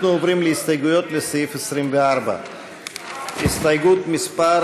אנחנו עוברים להסתייגויות לסעיף 24. הסתייגות מס'